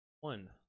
one